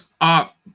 up